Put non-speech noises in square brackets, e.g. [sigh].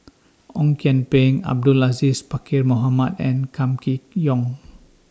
[noise] Ong Kian Peng Abdul Aziz Pakkeer Mohamed and Kam Kee Yong